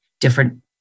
different